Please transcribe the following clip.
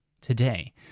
today